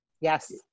yes